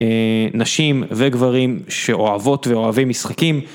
נשים וגברים שאוהבות ואוהבים משחקים.